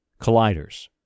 colliders